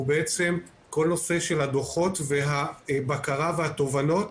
כל נושא הדו"חות הבקרה והתובנות,